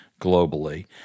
globally